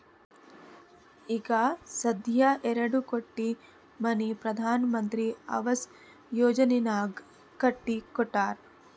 ಈಗ ಸಧ್ಯಾ ಎರಡು ಕೋಟಿ ಮನಿ ಪ್ರಧಾನ್ ಮಂತ್ರಿ ಆವಾಸ್ ಯೋಜನೆನಾಗ್ ಕಟ್ಟಿ ಕೊಟ್ಟಾರ್